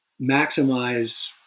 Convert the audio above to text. maximize